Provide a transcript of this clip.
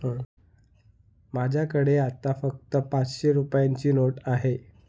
माझ्याकडे आता फक्त पाचशे रुपयांची नोट आहे